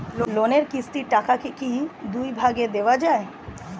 লোনের কিস্তির টাকাকে কি দুই ভাগে দেওয়া যায়?